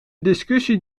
discussie